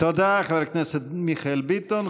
תודה, חבר הכנסת מיכאל ביטון.